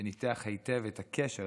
שניתח היטב את הקשר,